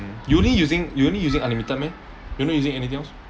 you only using you only using unlimited meh you not using anything else